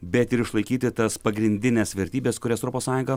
bet ir išlaikyti tas pagrindines vertybes kurias europos sąjunga